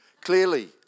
clearly